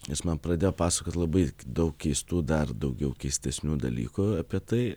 jis man pradėjo pasakot labai daug keistų dar daugiau keistesnių dalykų apie tai